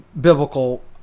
biblical